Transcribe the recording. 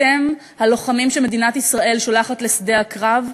אתם הלוחמים שמדינת ישראל שולחת לשדה הקרב,